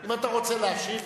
אם אתה רוצה להשיב,